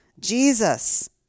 Jesus